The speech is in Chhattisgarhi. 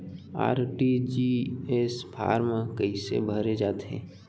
आर.टी.जी.एस फार्म कइसे भरे जाथे?